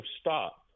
stop